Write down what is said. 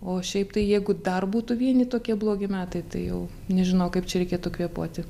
o šiaip tai jeigu dar būtų vieni tokie blogi metai tai jau nežinau kaip čia reikėtų kvėpuoti